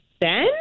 Ben